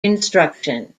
instruction